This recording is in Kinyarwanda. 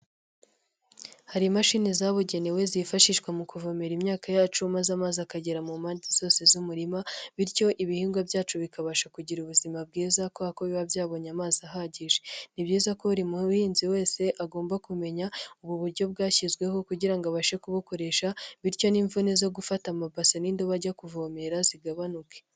Hari imashini zabugenewe zifashishwa mu kuvomerara imyaka yacu maze amazi akagera mu mpande zose z'umurima, bityo ibihingwa byacu bikabasha kugira ubuzima bwiza kubera ko biba byabonye amazi ahagije, ni byiza ko buri muhinzi wese agomba kumenya ubu buryo bwashyizweho kugira ngo abashe kubukoresha bityo n'imvune zo gufata amabase n'indobo ajya kuvomera zigabanuke.